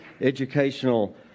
educational